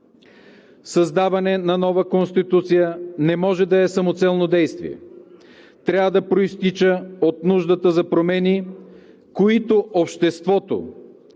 Създаване на нова Конституция не може да е самоцелно действие. Трябва да произтича от нуждата за промени, които обществото